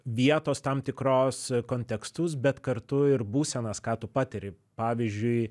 vietos tam tikros kontekstus bet kartu ir būsenas ką tu patiri pavyzdžiui